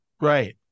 Right